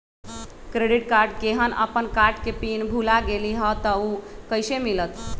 Credit card केहन अपन card के पिन भुला गेलि ह त उ कईसे मिलत?